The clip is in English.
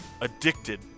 addicted